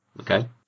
Okay